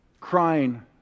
crying